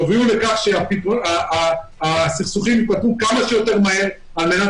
תובילו לכך שהסכסוכים ייפתרו כמה שיותר מהר על מנת